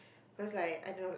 cause like I don't